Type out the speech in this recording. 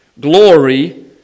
Glory